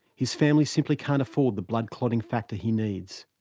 his family simply can't afford the blood-clotting factor he needs.